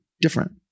different